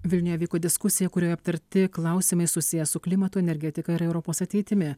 vilniuje vyko diskusija kurioje aptarti klausimai susiję su klimato energetika ir europos ateitimi